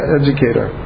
educator